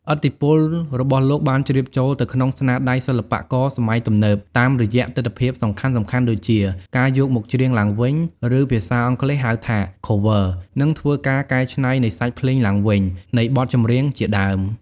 ឥទ្ធិពលរបស់លោកបានជ្រាបចូលទៅក្នុងស្នាដៃសិល្បករសម័យទំនើបតាមរយៈទិដ្ឋភាពសំខាន់ៗដូចជា ការយកមកច្រៀងឡើងវិញ ឬភាសាអង់គ្លេស ហៅថា Cover និងធ្វើ ការកែច្នៃនៃសាច់ភ្លេងឡើងវិញ នៃបទចម្រៀងជាដើម ។